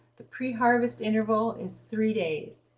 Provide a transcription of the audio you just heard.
the pre-harvest interval is three days.